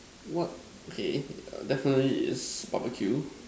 what okay definitely is barbeque